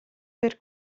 per